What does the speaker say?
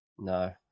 No